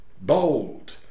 bold